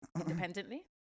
independently